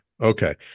Okay